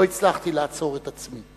לא הצלחתי לעצור את עצמי.